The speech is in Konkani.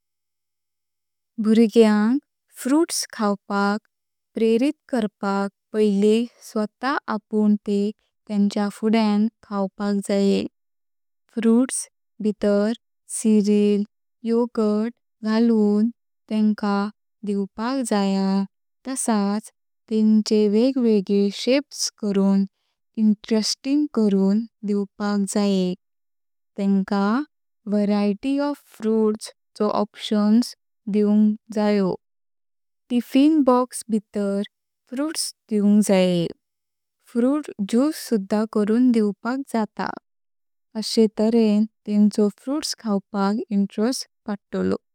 भुर्ग्यांक फ्रूट्स खातपाक प्रेरित करपाक पहिली स्वत: आपुण ते तेंच्या फुडयां खातपाक जायें। फ्रूट्स भितर सेरियल, योगर्ट घालून तेंका द्योपाक जायें तशाच तेंचें वेगवेगळे शेप्स करून इंटरेस्टिंग करून द्योपाक जायें। तेंका विविध प्रकाराचे फ्रूट्सचो ऑप्शन्स द्योपाक जायो। टिफिन बॉक्स भितर फ्रूट्स द्योपाक जायें। फ्रूट ज्यूस सुद्धा करून द्योपाक जातो। अशा तऱ्हेने तेंचो फ्रूट्स खातपाक इंटरेस्ट वाढतलो।